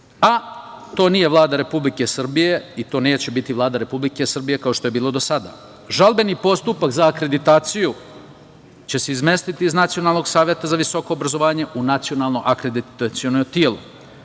a to nije Vlada Republike Srbije i to neće biti Vlada Republike Srbije, kao što je bilo do sada. Žalbeni postupak za akreditaciju će se izmestiti iz Nacionalnog saveta za visoko obrazovanje u nacionalno akreditaciono telo.